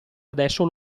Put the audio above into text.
adesso